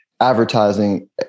advertising